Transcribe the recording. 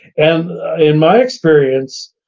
and in my experience,